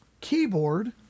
keyboard